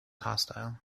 hostile